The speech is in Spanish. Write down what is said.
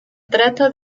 trata